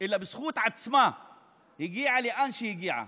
אלא בזכות עצמן הן הגיעו לאן שהגיעו.